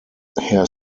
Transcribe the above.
herr